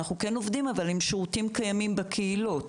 אנחנו כן עובדים אבל עם שירותים קיימים בקהילות.